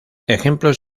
ejemplos